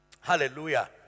Hallelujah